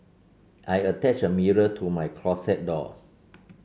I attached a mirror to my closet door